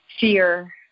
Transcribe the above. fear